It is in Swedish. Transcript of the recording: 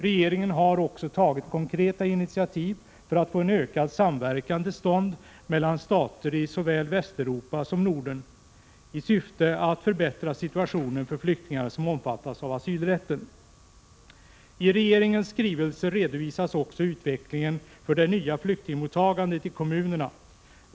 Regeringen har också tagit konkreta initiativ för att få en ökad samverkan till stånd mellan stater i såväl Västeuropa som Norden, i syfte att förbättra situationen för flyktingar som omfattas av asylrätten. I regeringens skrivelse redovisas också utvecklingen för det nya flyktingmottagandet i kommunerna.